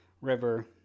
river